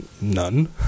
None